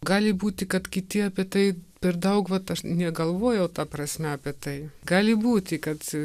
gali būti kad kiti apie tai per daug vat aš negalvojau ta prasme apie tai gali būti kad